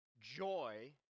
joy